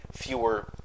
Fewer